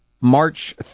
March